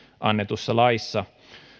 annetussa laissa